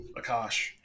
Akash